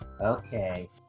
Okay